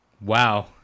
Wow